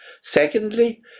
Secondly